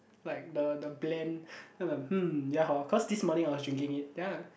like the the blend then I'm mm ya hor cause this morning I was drinking it then I